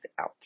out